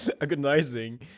agonizing